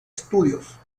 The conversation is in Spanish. studios